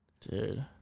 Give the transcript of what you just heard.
dude